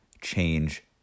change